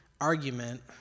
argument